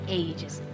ages